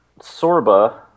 Sorba